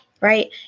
right